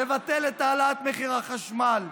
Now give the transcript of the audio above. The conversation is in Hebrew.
לבטל את העלאת מחיר החשמל,